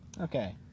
Okay